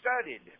studied